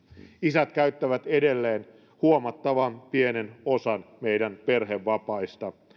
isät käyttävät edelleen huomattavan pienen osan meillä perhevapaista